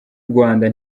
rwanda